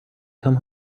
come